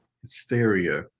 Hysteria